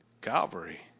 Calvary